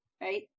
Right